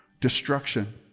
destruction